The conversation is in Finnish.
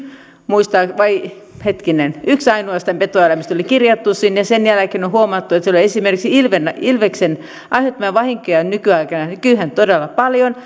vai hetkinen ainoastaan yksi petoeläimistä oli kirjattu sinne ja kun sen jälkeen on on huomattu että esimerkiksi ilveksen ilveksen aiheuttamia vahinkoja nykyään on todella paljon